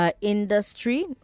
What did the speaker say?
industry